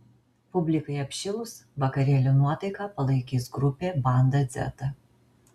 publikai apšilus vakarėlio nuotaiką palaikys grupė banda dzeta